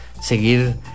seguir